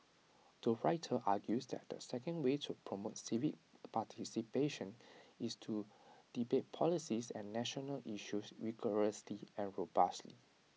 the writer argues that the second way to promote civic participation is to debate policies and national issues rigorously and robustly